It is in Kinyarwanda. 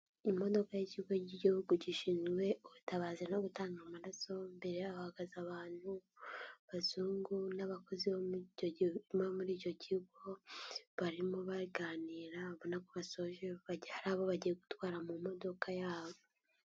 Imodoka y'ikigo cy'igihugu gishinzwe ubutabazi no gutanga amaraso, imbere yaho hahagaze abantu abazungu n'abakozi bo muri icyo gihugu barimo baganira ubona ko basoje hari abo bagiye gutwara mu modoka yabo.